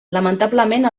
lamentablement